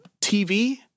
TV